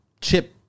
chip